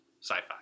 sci-fi